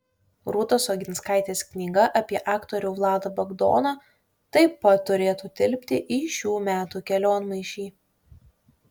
rūtos oginskaitės knyga apie aktorių vladą bagdoną taip pat turėtų tilpti į šių metų kelionmaišį